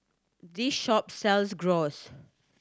this shop sells Gyros